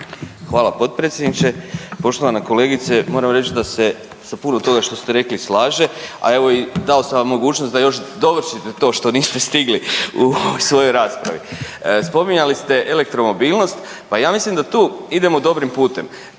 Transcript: Hvala potpredsjedniče. Poštovana kolegice, moram reći da se sa puno toga što ste reli slažem, a evo dao sam vam mogućnost da još dovršite to što niste stigli u svojoj raspravi. Spominjali ste elektromobilnost, pa ja mislim da tu idemo dobrim putem.